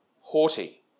haughty